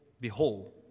behold